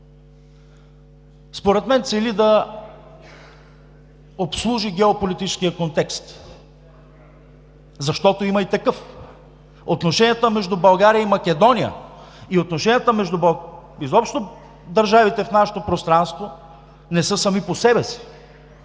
според мен цели да обслужи геополитическия контекст, защото има и такъв. Отношенията между България и Македония и отношенията изобщо между държавите в нашето пространство не са сами по себе си.